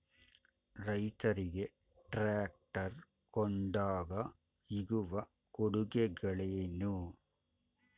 ರೈತರಿಗೆ ಟ್ರಾಕ್ಟರ್ ಕೊಂಡಾಗ ಸಿಗುವ ಕೊಡುಗೆಗಳೇನು?